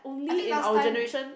I think last time